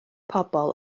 pobl